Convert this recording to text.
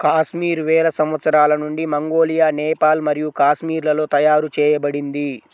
కాశ్మీర్ వేల సంవత్సరాల నుండి మంగోలియా, నేపాల్ మరియు కాశ్మీర్లలో తయారు చేయబడింది